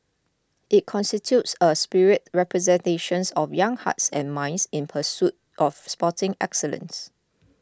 it constitutes a spirited representations of young hearts and minds in pursuit of sporting excellence